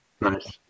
Nice